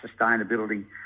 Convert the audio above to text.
sustainability